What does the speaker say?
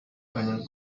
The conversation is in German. einen